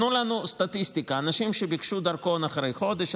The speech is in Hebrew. תנו לנו סטטיסטיקה: אנשים שביקשו דרכון אחרי חודש,